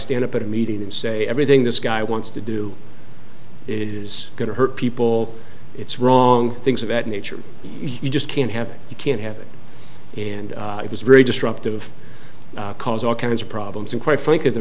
stand up at a meeting and say everything this guy wants to do is going to hurt people it's wrong things of that nature you just can't have it you can't have it and it was very destructive cause all kinds of problems and quite frankly the